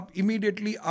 immediately